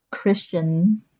Christian